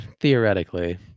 theoretically